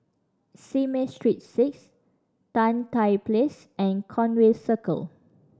Simei Street Six Tan Tye Place and Conway Circle